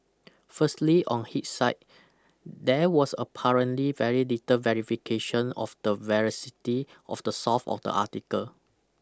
firstly on hidsight there was apparently very little verification of the veracity of the source of the article